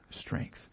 strength